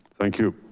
thank you.